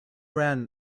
ran